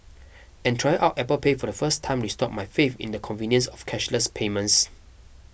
and trying out Apple Pay for the first time restored my faith in the convenience of cashless payments